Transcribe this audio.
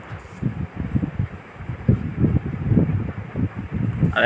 finance के होय ले कोनो भी मनखे ल कोनो भी परकार के समान के बिसावत म आसानी होथे